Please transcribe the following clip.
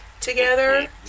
Together